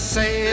say